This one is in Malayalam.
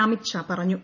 അമിത്ഷാ പറഞ്ഞു